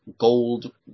Gold